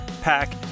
Pack